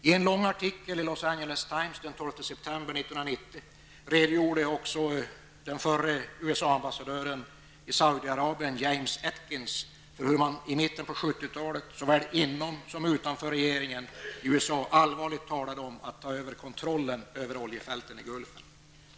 I en lång artikel i Los Angeles Times den 12 ambassadören i Saudi-Arabien, James Atkins, för hur man i mitten av 70-talet såväl inom som utanför regeringen i USA allvarligt talade om att ta över kontrollen av oljefälten i Gulfen.